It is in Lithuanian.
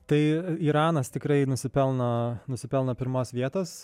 tai iranas tikrai nusipelno nusipelno pirmos vietos